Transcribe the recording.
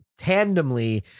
tandemly